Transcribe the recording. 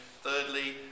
Thirdly